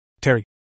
Terry